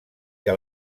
que